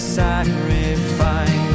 sacrifice